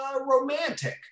romantic